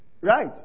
Right